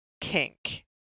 kink